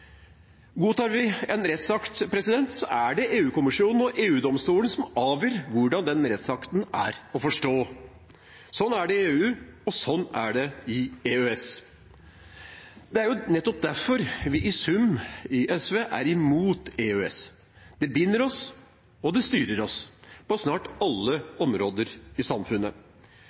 Godtar vi en rettsakt, er det EU-kommisjonen og EU-domstolen som avgjør hvordan den rettsakten er å forstå. Slik er det i EU, og slik er det i EØS. Det er nettopp derfor vi i SV i sum er imot EØS. Det binder oss, og det styrer oss på snart alle områder i samfunnet.